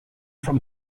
from